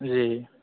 जी